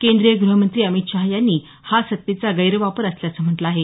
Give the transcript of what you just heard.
केंद्रीय गृहमंत्री अमित शहा यांनी हा सत्तेचा गैरवापर असल्याचं म्हटलं आहे